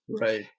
Right